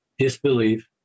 Disbelief